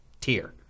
tier